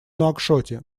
нуакшоте